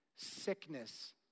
sickness